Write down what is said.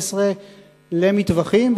12 למטווחים,